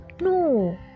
no